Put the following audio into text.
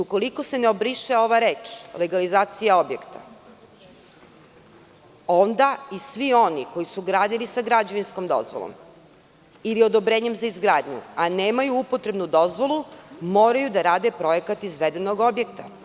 Ukoliko se ne obriše ova reč, legalizacija objekta, onda i svi oni koji su gradili sa građevinskom dozvolom ili odobrenjem za izgradnju, a nemaju upotrebnu dozvolu, moraju da rade projekat izvedenog objekta.